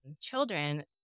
children